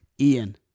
Ian